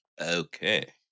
Okay